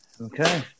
Okay